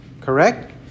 Correct